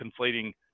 conflating